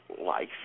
life